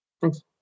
Thanks